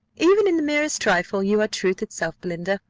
even in the merest trifle you are truth itself, belinda.